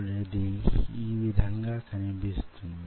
అప్పుడది యీ విధంగా కనిపిస్తుంది